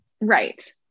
Right